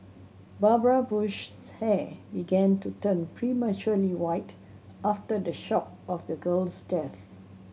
Barbara Bush's hair began to turn prematurely white after the shock of the girl's death